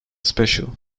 special